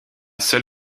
seul